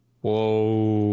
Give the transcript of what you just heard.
Whoa